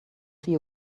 see